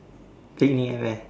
picnic at where